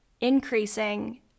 increasing